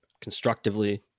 Constructively